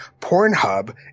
Pornhub